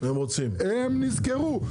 הם נזכרו.